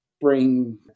bring